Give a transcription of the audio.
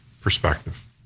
perspective